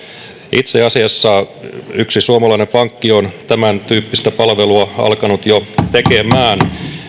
itse asiassa yksi suomalainen pankki on tämäntyyppistä palvelua alkanut jo tekemään